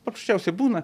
paprasčiausiai būna